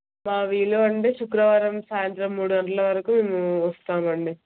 మా వీలు అంటే శుక్రవారం సాయంత్రం మూడు గంటల వరకు మేము వస్తామండి